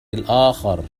الآخر